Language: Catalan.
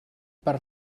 per